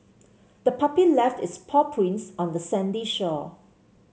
the puppy left its paw prints on the sandy shore